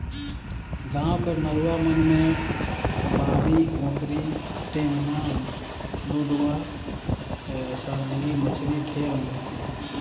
गाँव कर नरूवा मन में बांबी, कोतरी, टेंगना, लुदवा, सरांगी मछरी ढेरे मिलथे